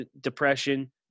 depression